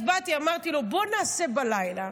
אז באתי אמרתי לו: בוא נעשה בלילה,